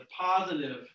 positive